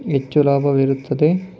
ಹೆಚ್ಚು ಲಾಭವಿರುತ್ತದೆ